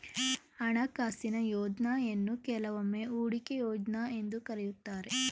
ಹಣಕಾಸಿನ ಯೋಜ್ನಯನ್ನು ಕೆಲವೊಮ್ಮೆ ಹೂಡಿಕೆ ಯೋಜ್ನ ಎಂದು ಕರೆಯುತ್ತಾರೆ